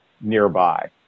nearby